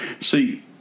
See